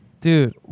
Dude